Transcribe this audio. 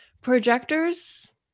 Projectors